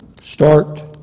Start